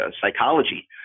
psychology